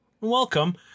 Welcome